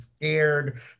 scared